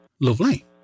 Lovely